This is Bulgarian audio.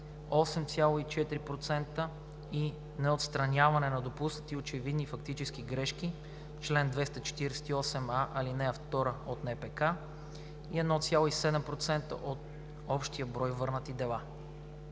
8,4% и неотстраняване на допуснати очевидни фактически грешки (чл. 248а, ал. 2 НПК) – 1,7% от общия брой върнати дела.